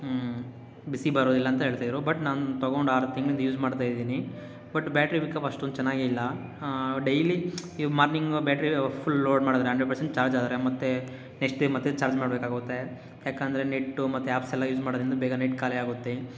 ಬಿಸಿ ಬರೋದಿಲ್ಲ ಅಂತ ಹೇಳ್ತಾ ಇದ್ದರು ಬಟ್ ನಾನು ತೊಗೊಂಡು ಆರು ತಿಂಗ್ಳಿಂದ ಯೂಸ್ ಮಾಡ್ತಾ ಇದ್ದೀನಿ ಬಟ್ ಬ್ಯಾಟ್ರಿ ಬಿಕ್ಅಪ್ ಅಷ್ಟೊಂದು ಚೆನ್ನಾಗೆ ಇಲ್ಲ ಡೈಲಿ ಇದು ಮಾರ್ನಿಂಗು ಬ್ಯಾಟ್ರಿ ಫುಲ್ ಲೋಡ್ ಮಾಡಿದ್ರೆ ಹಂಡ್ರೆಡ್ ಪರ್ಸೆಂಟ್ ಚಾರ್ಜ್ ಆದರೆ ಮತ್ತೆ ನೆಕ್ಸ್ಟ್ ಡೇ ಮತ್ತೆ ಚಾರ್ಜ್ ಮಾಡಬೇಕಾಗುತ್ತೆ ಯಾಕಂದರೆ ನೆಟ್ಟು ಮತ್ತು ಆ್ಯಪ್ಸೆಲ್ಲ ಯೂಸ್ ಮಾಡೋದ್ರಿಂದ ಬೇಗ ನೆಟ್ ಖಾಲಿಯಾಗುತ್ತೆ